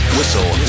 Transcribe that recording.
Whistle